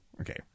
okay